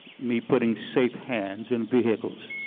me putting safe hands in vehicles.